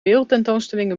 wereldtentoonstelling